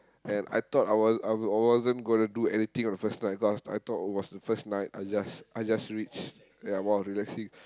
and I thought I wa~ I was wasn't gonna do anything on the first night cause I I thought it was the first night I just I just reach ya while relaxing